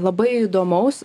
labai įdomaus